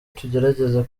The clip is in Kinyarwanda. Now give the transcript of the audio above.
tugerageza